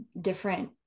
different